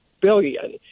billion